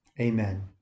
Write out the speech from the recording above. Amen